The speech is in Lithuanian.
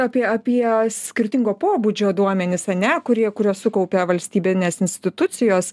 apie apie skirtingo pobūdžio duomenis ane kuri kuriuos sukaupia valstybinės institucijos